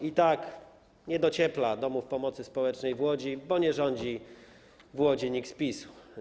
I tak nie dociepla domów pomocy społecznej w Łodzi, bo nie rządzi w Łodzi nikt z PiS.